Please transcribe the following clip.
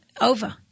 over